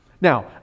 Now